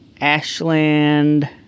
Ashland